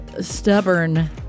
stubborn